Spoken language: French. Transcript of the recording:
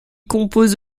compose